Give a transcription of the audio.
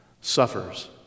suffers